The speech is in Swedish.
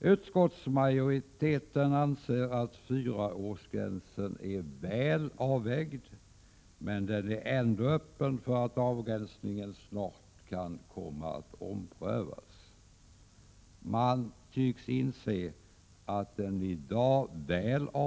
Utskottsmajoriteten anser att fyraårsgränsen är väl avvägd, men man är ändå öppen för att inom kort ompröva avgränsningen. Man tycks inse att den gränsdragning